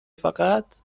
فقط